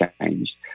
changed